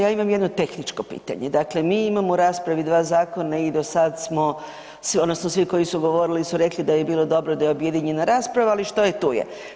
Ja imam jedno tehničko pitanje, dakle mi imamo u raspravi dva zakona i do sada smo odnosno svi koji su govorili su rekli da bi bilo dobro da je objedinjena rasprava, ali što je tu je.